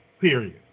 period